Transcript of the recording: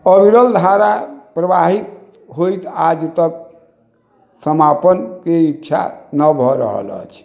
अविरल धारा प्रवाहित होइत आजतक समापन के ईच्छा न भऽ रहल अछि